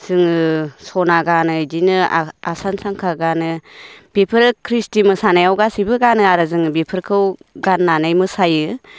जोङो स'ना गानो बिदिनो आसान सांखा गानो बेफोरो ख्रिस्टि मोसानायाव गासैबो गानो आरो जोङो बेफोरखौ गाननानै मोसायो